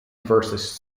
versus